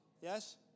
Yes